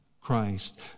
Christ